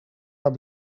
haar